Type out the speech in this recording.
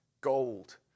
gold